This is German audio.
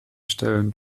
stellen